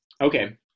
Okay